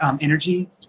energy